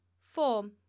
Form